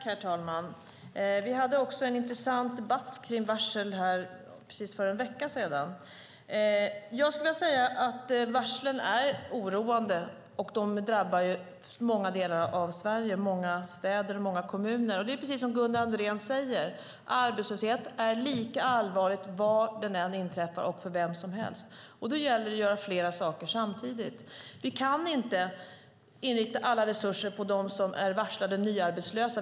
Herr talman! Vi hade också en intressant debatt om varsel för en vecka sedan. Varslen är oroande, och de drabbar många delar av Sverige. De drabbar många städer och många kommuner. Det är precis som Gunnar Andrén säger, arbetslöshet är lika allvarlig var den än inträffar och för vem som helst. Då gäller det att göra flera saker samtidigt. Vi kan inte inrikta alla resurser på dem som är varslade och nyarbetslösa.